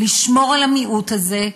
לשמור על המיעוט הזה,